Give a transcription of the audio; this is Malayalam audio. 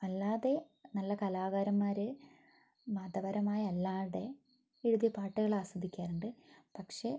അല്ലാതെ നല്ല കലാകാരന്മാര് മതപരമായി അല്ലാതെ എഴുതിയ പാട്ടുകൾ ആസ്വദിക്കാറുണ്ട് പക്ഷെ